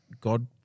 God